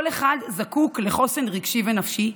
כל אחד זקוק לחוסן רגשי ונפשי,